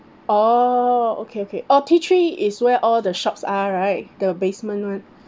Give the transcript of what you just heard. orh okay okay oh T three is where all the shops are right the basement [one]